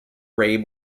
rabe